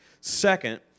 Second